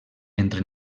entre